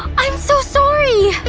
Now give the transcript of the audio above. i'm so sorry!